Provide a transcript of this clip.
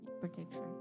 protection